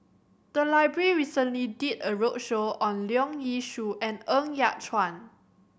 the library recently did a roadshow on Leong Yee Soo and Ng Yat Chuan